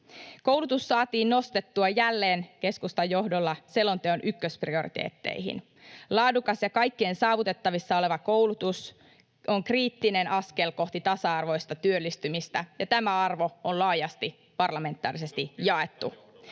Koulutus saatiin nostettua jälleen keskustan johdolla selonteon ykkösprioriteetteihin. Laadukas ja kaikkien saavutettavissa oleva koulutus on kriittinen askel kohti tasa-arvoista työllistymistä, ja tämä arvo on laajasti parlamentaarisesti jaettu.